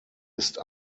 ist